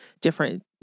different